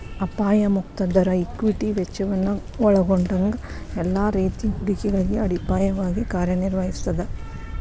ಅಪಾಯ ಮುಕ್ತ ದರ ಈಕ್ವಿಟಿ ವೆಚ್ಚವನ್ನ ಒಲ್ಗೊಂಡಂಗ ಎಲ್ಲಾ ರೇತಿ ಹೂಡಿಕೆಗಳಿಗೆ ಅಡಿಪಾಯವಾಗಿ ಕಾರ್ಯನಿರ್ವಹಿಸ್ತದ